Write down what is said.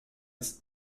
ist